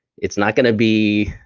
it's not gonna be,